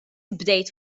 bdejt